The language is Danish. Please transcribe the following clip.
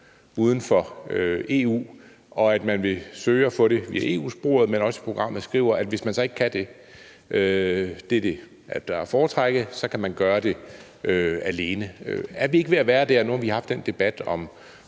uden for EU, og at man vil søge at få det via EU-sporet, men også i programmet skriver, at hvis man så ikke kan det – det er det, der er at foretrække – så kan man gøre det alene. Nu har vi haft den debat om